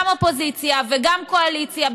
גם אופוזיציה וגם קואליציה,